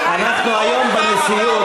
אנחנו היום בנשיאות,